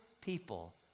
people